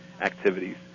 activities